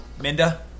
Minda